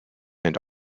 and